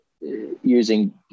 using